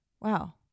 Wow